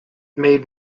made